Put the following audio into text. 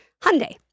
Hyundai